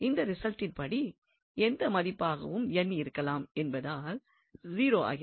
இந்த ரிசல்டின் படி எந்த மதிப்பாகவும் இருக்கலாம் என்பதால் 0 ஆகிறது